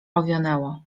owionęło